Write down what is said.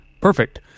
Perfect